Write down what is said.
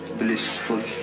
blissful